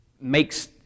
makes